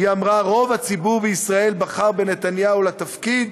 היא אמרה: רוב הציבור בישראל בחר בנתניהו לתפקיד,